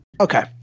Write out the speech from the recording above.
okay